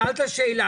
שאלת שאלה.